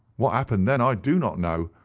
what happened then i do not know.